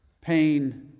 pain